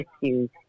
issues